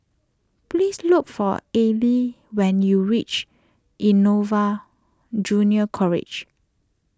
please look for Allie when you reach Innova Junior College